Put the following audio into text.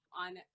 on